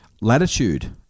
Latitude